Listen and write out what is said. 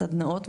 סדנאות,